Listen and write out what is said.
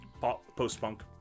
post-punk